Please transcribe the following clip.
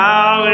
Now